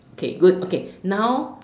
okay good okay now